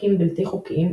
עותקים בלתי חוקיים,